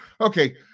Okay